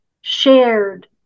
shared